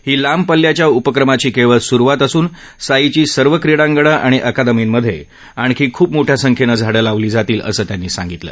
ही लांब पल्ल्याच्या उपक्रमाची केवळ स्रुवात असून साईची सर्व क्रीडांगणं आणि अकादर्मींमधे आणखी खूप मोठया संख्येनं झाडं लावली जातील असं त्यांनी सांगितलं